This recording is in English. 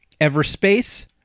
Everspace